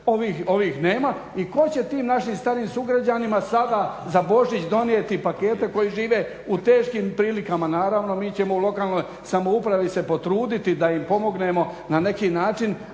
Ovih nema i tko će tim našim starim sugrađanima sada za Božić donijeti pakete koji žive u teškim prilikama. Naravno mi ćemo u lokalnoj samoupravi se potruditi da im pomognemo na neki način.